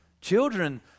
Children